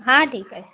हां ठीक आहे